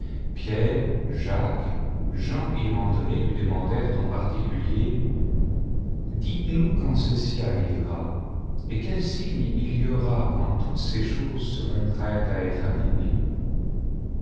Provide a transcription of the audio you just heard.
jacques jean et andré lui demandèrent en particulier dites-nous quand ceci arrivera et quel signe il y aura quand toutes ces choses seront prêtes à être accomplies